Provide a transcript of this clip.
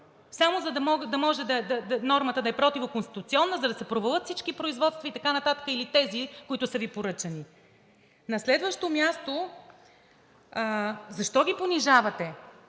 Само за да може нормата да е противоконституционна, за да се провалят всички производства и така нататък, или тези, които са Ви поръчани. На следващо място, защо ги понижавате?